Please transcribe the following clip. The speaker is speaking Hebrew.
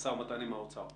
משא ומתן עם האוצר?